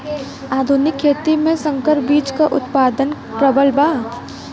आधुनिक खेती में संकर बीज क उतपादन प्रबल बा